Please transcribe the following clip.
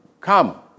Come